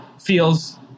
feels